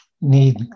need